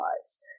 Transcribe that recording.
lives